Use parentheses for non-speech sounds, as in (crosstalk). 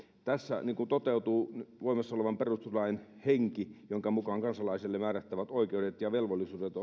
tässä toteutuu voimassa olevan perustuslain henki jonka mukaan kansalaiselle määrättävät oikeudet ja velvollisuudet (unintelligible)